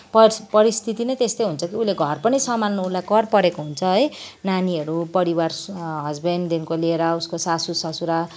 परिस् परिस्थिति नै त्यस्तै हुन्छ कि उसले घर पनि सम्हाल्नु उसलाई कर परेको हुन्छ है नानीहरू परिवार हस्बेन्डहरूदेखिको लिएर उसको सासू ससुरा